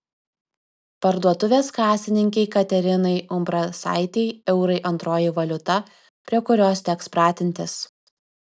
parduotuvės kasininkei katerinai umbrasaitei eurai antroji valiuta prie kurios teks pratintis